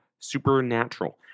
Supernatural